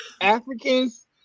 Africans